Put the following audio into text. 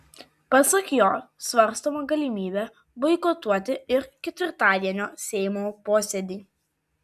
pasak jo svarstoma galimybė boikotuoti ir ketvirtadienio seimo posėdį